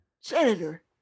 Senator